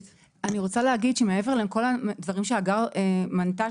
מעבר לכל הדברים שהגר מנתה,